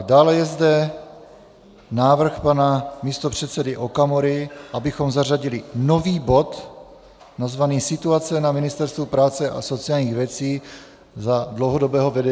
Dále je zde návrh pana místopředsedy Okamury, abychom zařadili nový bod nazvaný Situace na Ministerstvu práce a sociálních věcí za dlouhodobého vedení ČSSD.